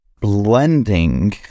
Blending